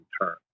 term